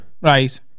right